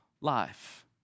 life